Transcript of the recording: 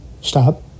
Stop